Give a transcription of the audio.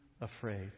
afraid